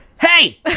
hey